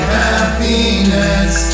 happiness